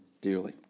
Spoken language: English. dearly